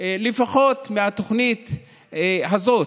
שלפחות מהתוכנית הזאת,